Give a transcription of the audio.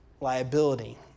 liability